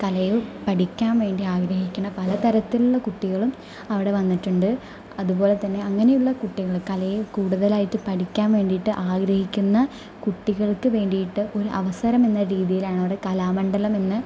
കലയെ പഠിക്കാൻ വേണ്ടി ആഗ്രഹിക്കുന്ന പലതരത്തിലുള്ള കുട്ടികളും അവിടെ വന്നിട്ടുണ്ട് അതുപോലെതന്നെ അങ്ങനെയുള്ള കുട്ടികള് കലയെ കൂടുതലായിട്ട് പഠിക്കാൻ വേണ്ടിയിട്ട് ആഗ്രഹിക്കുന്ന കുട്ടികൾക്ക് വേണ്ടിയിട്ട് ഒരു അവസരം എന്ന രീതിയിലാണ് അവിടെ കലാമണ്ഡലം എന്ന്